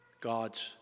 God's